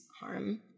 harm